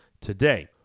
today